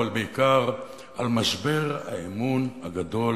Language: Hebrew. אבל בעיקר על משבר האמון הגדול